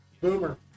Boomer